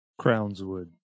Crownswood